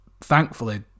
thankfully